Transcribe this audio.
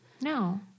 No